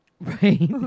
Right